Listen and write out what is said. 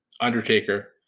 Undertaker